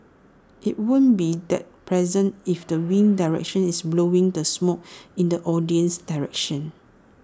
IT won't be that pleasant if the wind direction is blowing the smoke in the audience's direction